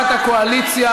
הצבעה.